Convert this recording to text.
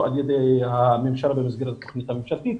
על ידי הממשלה במסגרת התוכנית הממשלתית.